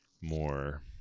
more